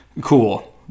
Cool